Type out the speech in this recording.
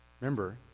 Remember